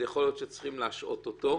יכול להיות שצריכים להשעות אותו,